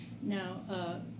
Now